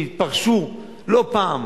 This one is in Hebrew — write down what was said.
שהתפרשו לא פעם